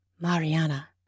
Mariana